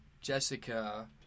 Jessica